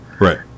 right